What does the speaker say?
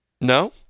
No